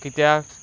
कित्याक